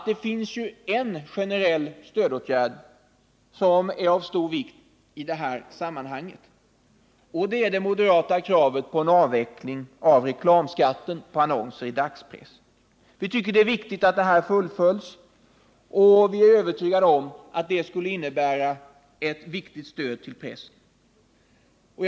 Det finns en generell stödåtgärd som är av stor vikt i detta sammanhang, nämligen avveckling av reklamskatten på annonser i dagspress, vilket vi krävt på moderat håll. Vi tycker att det är viktigt att det här fullföljs, och vi är övertygade om att det skulle innebära ett betydelsefullt stöd till pressen.